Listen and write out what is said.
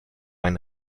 ein